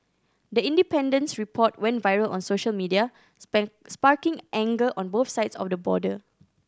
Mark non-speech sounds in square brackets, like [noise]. the Independent's report went viral on social media [unintelligible] sparking anger on both sides of the border